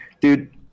dude